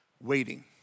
waiting